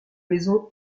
maison